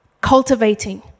cultivating